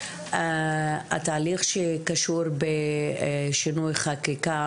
התהליך שקשור בשינוי חקיקה,